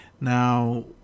Now